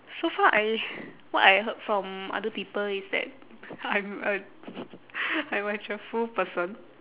so far I what I heard from other people is that I'm a I'm a cheerful person